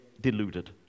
deluded